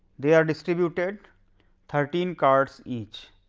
they are distributed thirteen cards each.